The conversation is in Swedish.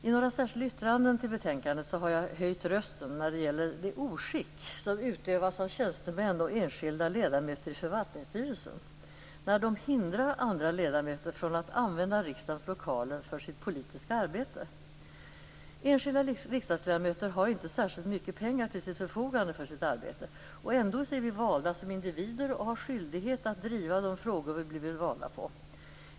I några särskilda yttranden till betänkandet har jag höjt rösten när det gäller det oskick som utövas av tjänstemän och enskilda ledamöter i förvaltningsstyrelsen när de hindrar andra ledamöter att använda riksdagens lokaler för sitt politiska arbete. Enskilda riksdagsledmöter har inte särskilt mycket pengar till sitt förfogande för sitt arbete. Ändå är vi valda som individer och har skyldighet att driva de frågor vi blivit invalda på.